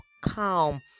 calm